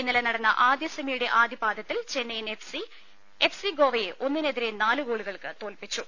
ഇന്നലെ നടന്ന ആദ്യ സെമിയുടെ ആദ്യപാദത്തിൽ Chennaiyin F C F C ഗോവയെ ഒന്നിനെതിരെ നാലു ഗോളുകൾക്ക് തോൽപിച്ചു